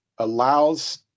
allows